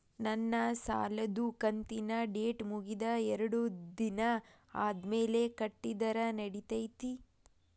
ನನ್ನ ಸಾಲದು ಕಂತಿನ ಡೇಟ್ ಮುಗಿದ ಎರಡು ದಿನ ಆದ್ಮೇಲೆ ಕಟ್ಟಿದರ ನಡಿತೈತಿ?